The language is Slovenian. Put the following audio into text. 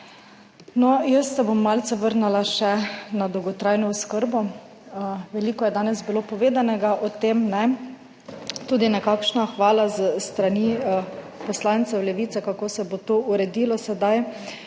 No, jaz se bom malce vrnila še na dolgotrajno oskrbo. Veliko je danes bilo povedanega o tem, ne, tudi nekakšna hvala s strani poslancev Levice, kako se bo to uredilo sedaj.